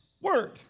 word